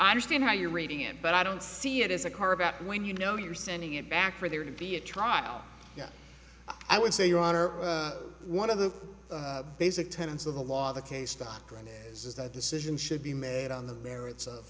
understand how you're reading it but i don't see it as a car about when you know you're sending it back for there to be a trial yeah i would say your honor one of the basic tenants of the law the case doctrine is that decision should be made on the merits of